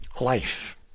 Life